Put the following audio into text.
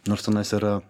nors tenais yra